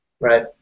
Right